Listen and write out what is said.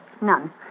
None